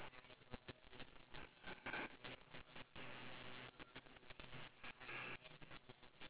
okay okay that is unique okay